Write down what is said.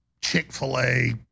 Chick-fil-A